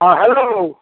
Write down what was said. हँ हेलो